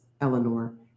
Eleanor